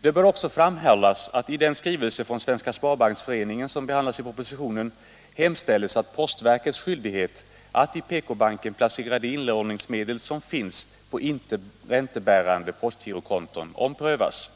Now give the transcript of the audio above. Det bör också framhållas att i den skrivelse från Svenska Sparbanksföreningen som behandlas i propositionen hemställs att postverkets skyldighet att i PK-banken placera de inlåningsmedel som finns på inte räntebärande postgirokonto omprövas.